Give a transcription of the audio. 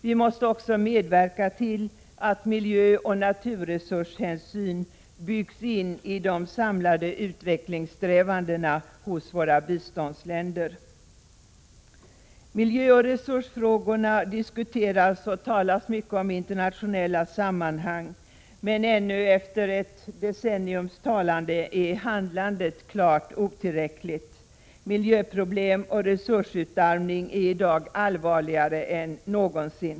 Vi måste också medverka till att miljöoch naturresurshänsyn byggs in i de samlade utvecklingssträvandena hos våra biståndsländer. Miljöoch resursfrågorna diskuteras mycket i internationella sammanhang, men ännu efter ett decenniums talande är handlandet klart otillräckligt. Miljöproblem och resursutarmning är i dag allvarligare än någonsin.